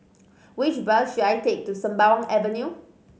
which bus should I take to Sembawang Avenue